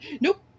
nope